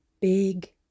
big